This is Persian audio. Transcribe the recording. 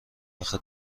آخه